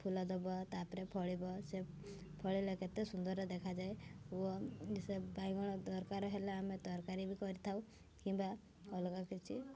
ଫୁଲ ଦବ ତାପରେ ଫଳିବ ସେ ଫଳିଲେ କେତେ ସୁନ୍ଦର ଦେଖାଯାଏ ଉଅ ସେ ବାଇଗଣ ଦରକାର ହେଲେ ଆମେ ତରକାରୀ ବି କରିଥାଉ କିମ୍ବା ଅଲଗା କିଛି